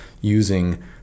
using